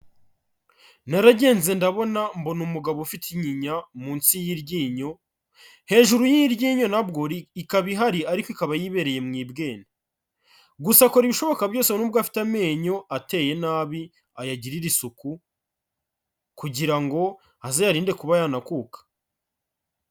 Naragenze ndabona mbona umugabo ufite inyinya munsi y'iryinyo, hejuru y'iryinyo na bwo ri ikaba ihari ariko ikaba yibereye mu ibwene, gusa akora ibishoboka byose ngo nubwo afite amenyo ateye nabi ayagirire isuku, kugira ngo azayarinde kuba yanakuka.